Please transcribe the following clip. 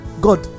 God